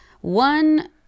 one